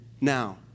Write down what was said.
now